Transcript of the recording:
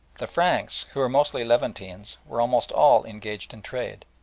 the franks, who were mostly levantines, were almost all engaged in trade.